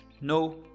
no